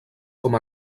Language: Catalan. com